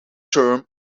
term